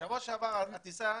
בשבוע שעבר הטיסה,